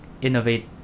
innovate